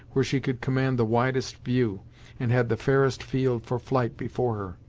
where she could command the widest view and had the fairest field for flight before her.